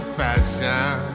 fashion